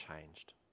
changed